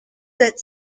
that